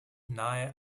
nahe